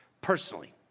personally